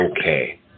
okay